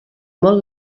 molt